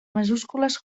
majúscules